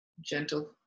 gentle